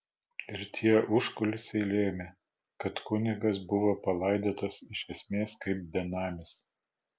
ir tie užkulisiai lėmė kad kunigas buvo palaidotas iš esmės kaip benamis